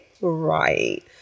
Right